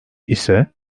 ise